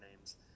names